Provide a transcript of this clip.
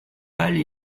balles